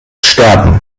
sterben